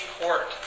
court